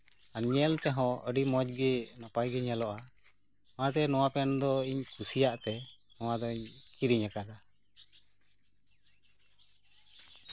ᱟᱨ ᱧᱮᱞ ᱛᱮᱦᱚᱸ ᱟᱹᱰᱤ ᱢᱚᱸᱡᱽ ᱜᱮ ᱱᱟᱯᱟᱭ ᱜᱮ ᱧᱮᱞᱚᱜᱼᱟ ᱚᱱᱟᱛᱮ ᱱᱚᱶᱟ ᱯᱮᱱᱴ ᱫᱚ ᱤᱧ ᱠᱩᱥᱤᱭᱟᱜ ᱛᱮ ᱱᱚᱶᱟ ᱫᱩᱧ ᱠᱤᱨᱤᱧᱟᱠᱟᱫᱟ